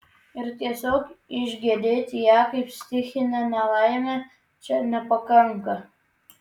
ir tiesiog išgedėti ją kaip stichinę nelaimę čia nepakanka